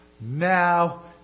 Now